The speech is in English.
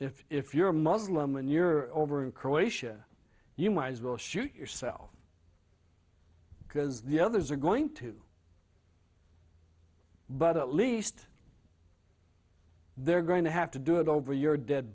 anyway if you're muslim when you're over in croatia you might as well shoot yourself because the others are going to but at least they're going to have to do it over your dead